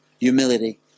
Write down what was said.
humility